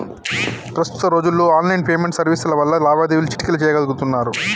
ప్రస్తుత రోజుల్లో online payment సర్వీసుల వల్ల లావాదేవీలు చిటికెలో చెయ్యగలుతున్నరు